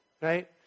right